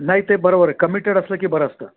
नाही ते बरोबर आहे कमिटेड असलं की बरं असतं